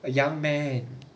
a young man